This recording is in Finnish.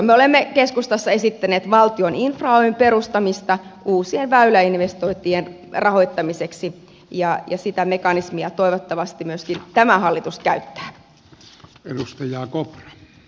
me olemme keskustassa esittäneet valtion infra oyn perustamista uusien väyläinvestointien rahoittamiseksi ja sitä mekanismia toivottavasti myöskin tämä hallitus käyttää